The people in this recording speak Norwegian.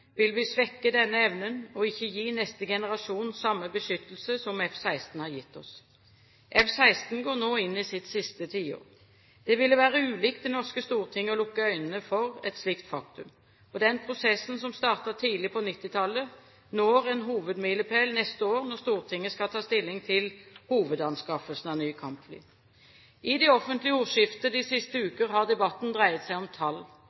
vil vi svekke denne evnen og ikke gi neste generasjon samme beskyttelse som F-16 har gitt oss. F-16 går nå inn i sitt siste tiår. Det ville være ulikt Det norske storting å lukke øynene for et slikt faktum. Den prosessen som startet tidlig på 1990-tallet, når en hovedmilepæl neste år når Stortinget skal ta stilling til hovedanskaffelsen av nye kampfly. I det offentlige ordskiftet de siste uker har debatten dreid seg om tall.